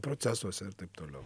procesuose ir taip toliau